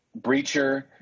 Breacher